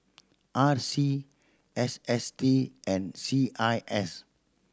R C S S T and C I S